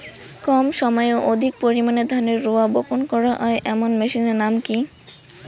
কম সময়ে অধিক পরিমাণে ধানের রোয়া বপন করা য়ায় এমন মেশিনের নাম কি?